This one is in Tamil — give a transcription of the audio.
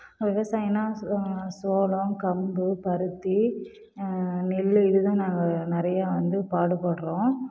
விவசாயம்னா சோளம் கம்பு பருத்தி நெல்லு இதுதான் நாங்கள் நிறைய வந்து பாடுபடுகிறோம்